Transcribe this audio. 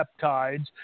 peptides